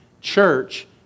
church